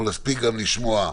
נספיק גם לשמוע,